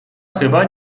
chyba